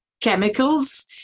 chemicals